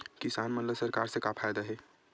किसान मन ला सरकार से का फ़ायदा हे?